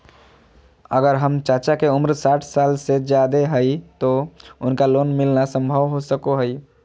अगर हमर चाचा के उम्र साठ साल से जादे हइ तो उनका लोन मिलना संभव हो सको हइ?